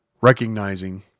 recognizing